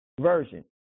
version